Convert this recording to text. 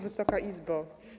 Wysoka Izbo!